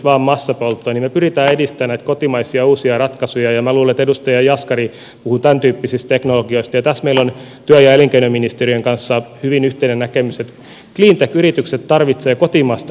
me pyrimme edistämään näitä kotimaisia uusia ratkaisuja ja minä luulen että edustaja jaskari puhui tämäntyyppisistä teknologioista ja tässä meillä on työ ja elinkeinoministeriön kanssa hyvin yhteinen näkemys että cleantech yritykset tarvitsevat kotimaasta referenssejä